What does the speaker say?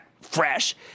fresh